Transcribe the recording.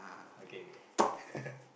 okay okay